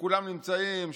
שכולם נמצאים,